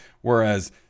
whereas